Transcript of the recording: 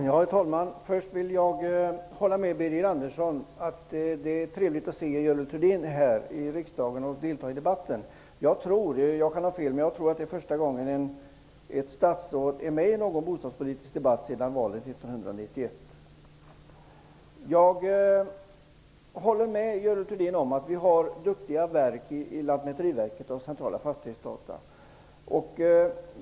Herr talman! Först vill jag hålla med Birger Andersson att det är trevligt att se Görel Thurdin här i riksdagen och delta i denna debatt. Jag tror -- men jag kan ha fel -- att det är första gången ett statsråd är med i en bostadspolitisk debatt sedan valet 1991. Jag håller med Görel Thurdin att vi har duktiga verk i Lantmäteriverket och Centralnämnden för fastighetsdata.